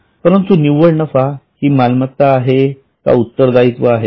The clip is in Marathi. परंतु निव्वळ नफा हि मालमत्ता आहे का उत्तरदायित्व आहे